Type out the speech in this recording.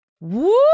Woo